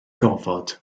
gofod